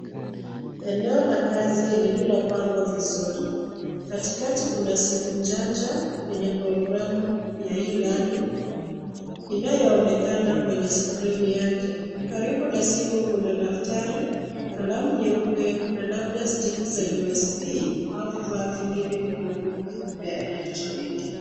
Eneo la kazi lililopangwa vizuri, katikati kuna simu njanja yenye programu ya e-learning inayoonekana kwenye skrini yake. Karibu na simu kuna daftari, kalamu nyeupe na labda stiki za USB au vifaa vingine vidogo vya elektroniki.